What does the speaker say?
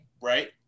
right